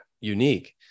unique